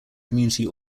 community